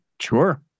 Sure